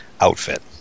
outfit